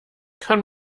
kann